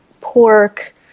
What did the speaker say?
pork